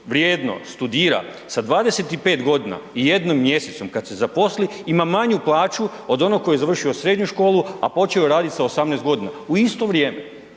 vrijedno studira sa 25 g. i jednim mjesecom, kad se zaposli, ima manju plaću od onoga koji je završio srednju školu, a počeo je raditi sa 18 g., u isto vrijeme.